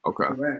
Okay